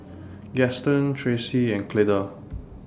Gaston Traci and Cleda